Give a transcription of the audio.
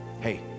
Hey